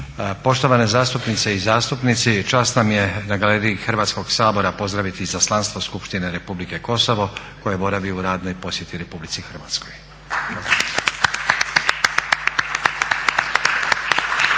Poštovane zastupnice i zastupnici, čast nam je na galeriji Hrvatskog sabora pozdraviti Izaslanstvo skupštine Republike Kosovo koje boravi u radnoj posjeti Republici Hrvatskoj.